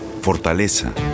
Fortaleza